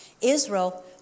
Israel